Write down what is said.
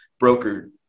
brokered